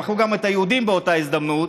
מכרו גם את היהודים באותה הזדמנות.